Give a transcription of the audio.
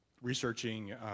researching